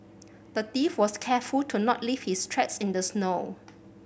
the thief was careful to not leave his tracks in the snow